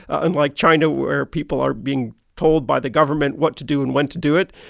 unlike china, where people are being told by the government what to do and when to do it.